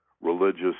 religious